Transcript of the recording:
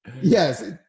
Yes